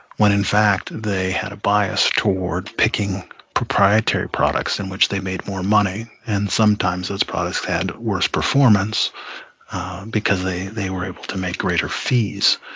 when in fact they had a bias toward picking proprietary products in which they made more money. and sometimes those products had worse performance because they they were able to make greater fees.